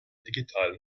digitalen